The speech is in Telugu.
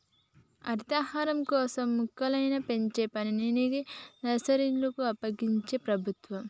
హరితహారం కోసం మొక్కల్ని పెంచే పనిని నర్సరీలకు అప్పగించింది ప్రభుత్వం